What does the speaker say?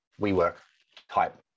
WeWork-type